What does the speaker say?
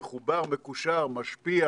מחובר, מקושר, משפיע